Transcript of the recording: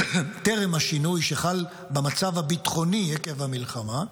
טרם השינוי שחל במצב הביטחוני עקב המלחמה,